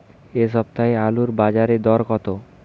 এ সপ্তাহে আলুর বাজারে দর কত?